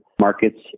markets